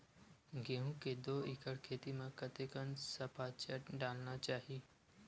गेहूं के दू एकड़ खेती म कतेकन सफाचट डालना चाहि?